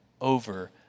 over